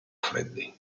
freddi